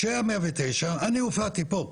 כשהיה 109 אני הופעתי פה,